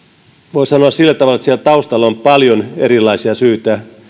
voi sanoa sillä tavalla että siellä taustalla on paljon erilaisia syitä